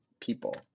people